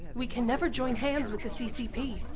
we can never join hands with the ccp!